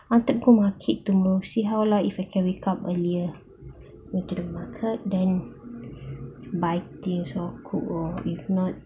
wanted to go market tomorrow see how lah if I can wake up earlier go to the market then buy things or cook or if not